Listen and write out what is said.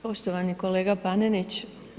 Poštovani kolega Panenić.